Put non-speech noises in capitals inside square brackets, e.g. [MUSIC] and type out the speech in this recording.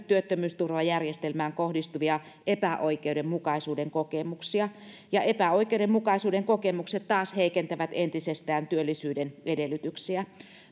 [UNINTELLIGIBLE] työttömyysturvajärjestelmään kohdistuvia epäoikeudenmukaisuuden kokemuksia ja epäoikeudenmukaisuuden kokemukset taas heikentävät entisestään työllisyyden edellytyksiä